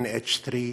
NH3,